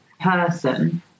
person